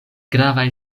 gravaj